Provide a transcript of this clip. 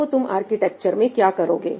तो तुम आर्किटेक्चर में क्या करोगे